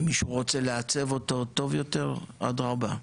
אם מישהו רוצה לעצב אותו טוב יותר, אדרבה.